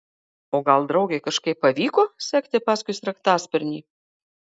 o gal draugei kažkaip pavyko sekti paskui sraigtasparnį